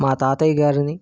మా తాతయ్య గారిని